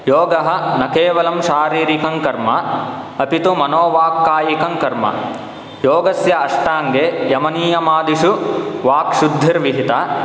योगः न केवलं शारीरिकं कर्म अपि तु मनोवाक्कायिकं कर्म योगस्य अष्टाङ्गे यमनियमादिषु वाक्शुद्धिर्विहिता